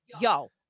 Yo